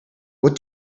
what